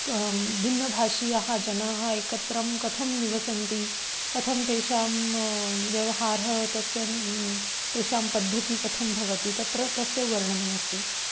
क भिन्नभाषीयाः जनाः एकत्र कथं निवसन्ति कथं तेषां व्यवहारः तस्य तेषां पद्धतिः कथं भवति तत्र तस्य वर्णनमस्ति